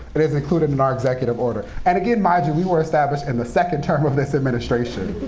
it is included in our executive order. and again, mind you, we were established in the second term of this administration.